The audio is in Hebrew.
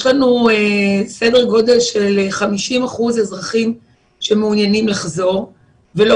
יש לנו סדר גודל של 50% אזרחים שמעוניינים לחזור ולא